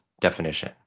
definition